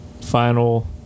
final